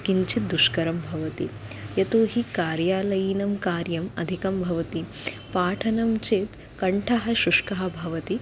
किञ्चित् दुष्करं भवति यतोहि कार्यालयीनां कार्यम् अधिकं भवति पाठनं चेत् कण्ठः शुष्कः भवति